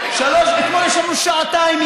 אתמול ישבנו שעתיים,